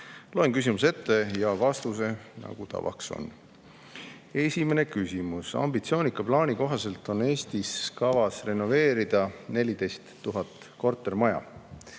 Loen küsimuse ette ja vastuse, nagu tavaks on. Esimene küsimus: "Ambitsioonika plaani kohaselt on Eestis kavas renoveerida 14 000 kortermaja.